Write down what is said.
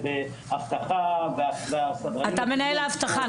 באבטחה --- אתה מנהל האבטחה,